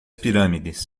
pirâmides